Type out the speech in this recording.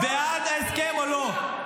בעד ההסכם או לא?